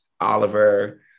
Oliver